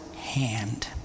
hand